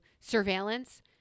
surveillance